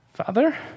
father